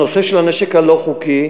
הנושא של הנשק הלא-חוקי,